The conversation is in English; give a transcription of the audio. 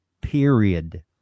period